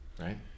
right